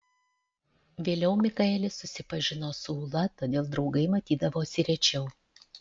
vėliau mikaelis susipažino su ūla todėl draugai matydavosi rečiau